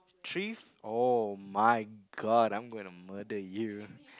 thrift [oh]-my-god I'm going to murder you